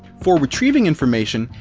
for retrieving information.